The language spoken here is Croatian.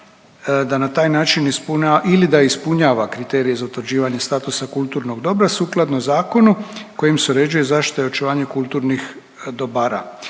da na taj način ili da ispunjava kriterije za utvrđivanje statusa kulturnog dobra sukladno zakonu kojim se uređuje zaštita i očuvanje kulturnih dobara.